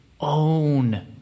own